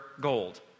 gold